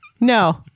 No